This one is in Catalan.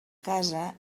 casa